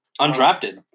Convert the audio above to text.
Undrafted